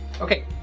Okay